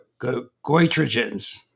goitrogens